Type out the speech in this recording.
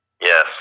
yes